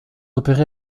opéré